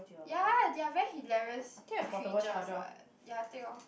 ya they are very hilarious creatures what ya take lor